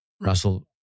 Russell